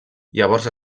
llavors